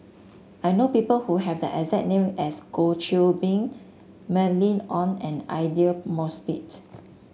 I know people who have the exact name as Goh Qiu Bin Mylene Ong and Aidli Mosbit